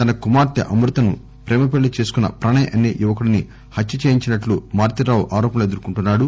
తన కుమార్తె అమృతను ప్రేమపెల్లి చేసుకున్న ప్రణయ్ అసే యువకుడిని హత్య చేయించినట్లు మారుతీరావు ఆరోపణలు ఎదుర్కోంటున్నాడు